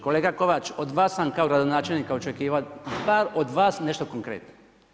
Kolega Kovač, od vas sam kao gradonačelnika očekivao, bar od vas, nešto konkretno.